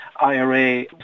IRA